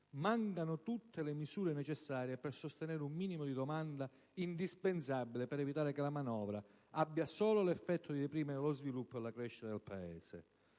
Mancano tutte le misure necessarie per sostenere un minimo di domanda indispensabile per evitare che la manovra abbia solo l'effetto di deprimere lo sviluppo e la crescita del Paese.